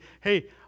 Hey